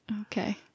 Okay